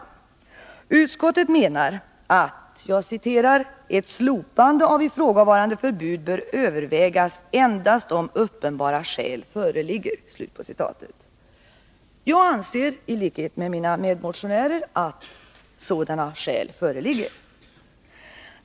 Enligt utskottets mening bör ”ett slopande av ifrågavarande förbud övervägas endast om uppenbara skäl föreligger”. Jag anser i likhet med mina medmotionärer att det föreligger sådana skäl.